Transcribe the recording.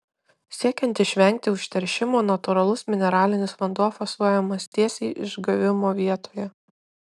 siekiant išvengti užteršimo natūralus mineralinis vanduo fasuojamas tiesiai išgavimo vietoje